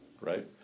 right